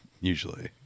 usually